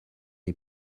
est